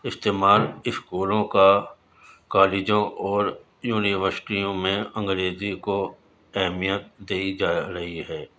استعمال اسکولوں کا کالجوں اور یونیوشٹیوں میں انگریزی کو اہمیت دی جا رہی ہے